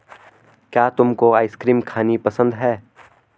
क्या तुमको आइसक्रीम खानी पसंद है?